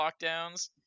lockdowns